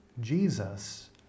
Jesus